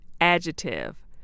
adjective